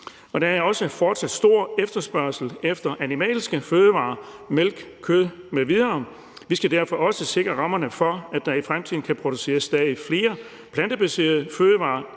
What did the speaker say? Der er fortsat også stor efterspørgsel på animalske fødevarer – mælk, kød m.v. – og vi skal derfor sikre rammerne for, at der i fremtiden også kan produceres stadig flere plantebaserede fødevarer,